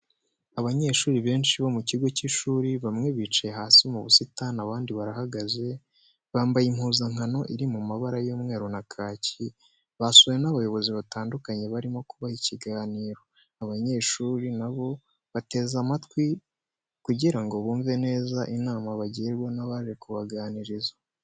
Abanyeshuri benshi bo mu kigo cy'ishuri, bamwe bicaye hasi mu busitani abandi barahagaze, bambaye impuzankano iri mu mabara y'umweru na kaki, basuwe n'abayobozi batandukanye barimo kubaha ikiganiro, abanyeshuri na bo bateze amatwi kugira ngo bumve neza inama bagirwa n'abaje kubaganiriza.